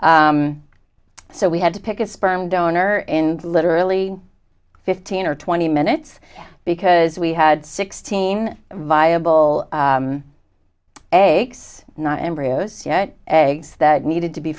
so we had to pick a sperm donor and literally fifteen or twenty minutes because we had sixteen viable eggs not embryos yet eggs that needed to be